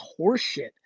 horseshit